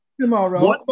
tomorrow